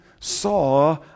saw